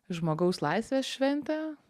žmogaus laisvės šventę